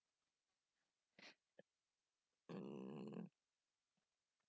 mm